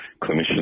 clinicians